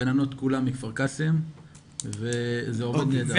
הגננות כולן מכפר קאסם וזה עובד נהדר.